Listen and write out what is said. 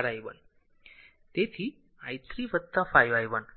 r i 1 તેથી i 3 5 i 1